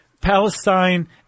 Palestine